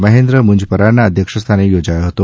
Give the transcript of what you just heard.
મહેન્દ્ર મુંજપરાના અધ્યક્ષસ્થાને યોજાયો હતો